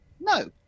no